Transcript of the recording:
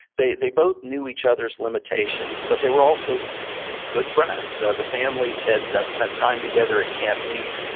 they they both knew each other's limitations, but they were also good friends. the families had spent time together at camp meade.